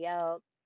else